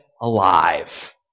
alive